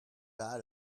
out